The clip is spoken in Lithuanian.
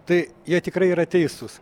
tai jie tikrai yra teisūs